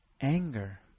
Anger